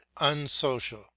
unsocial